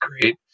great